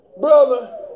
Brother